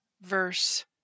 verse